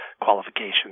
qualifications